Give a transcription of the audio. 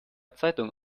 zeitung